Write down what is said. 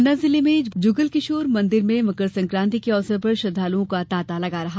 पन्ना जिले में भगवान जुगलकिशोर मंदिर में मकर संकान्ति के अवसर पर श्रद्वालुओं का तांता लगा रहा